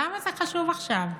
למה זה חשוב עכשיו?